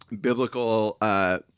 biblical –